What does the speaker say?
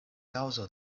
kaŭzo